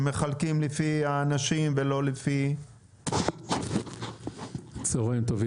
שמחלקים לפי האנשים ולא לפי --- צוהריים טובים.